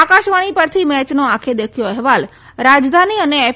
આકાશવાણી પરથી મેચનો આંખે દેખ્યો અહેવાલ રાજધાની અને એફ